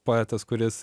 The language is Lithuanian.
poetas kuris